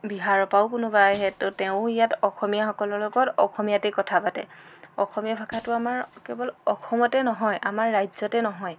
বিহাৰৰপৰাও কোনোবা আহে তেৱোঁ ইয়াত অসমীয়াসকলৰ লগত অসমীয়াত কথা পাতে অসমীয়া ভাষাটো অকল আমাৰ অসমতে নহয় আমাৰ ৰাজ্যতে নহয়